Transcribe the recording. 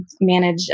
manage